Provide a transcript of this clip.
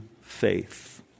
faith